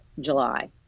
July